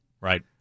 Right